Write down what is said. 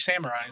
samurais